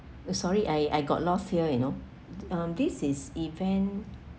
uh sorry I I got lost here you know um this is event